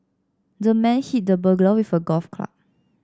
the man hit the burglar with a golf club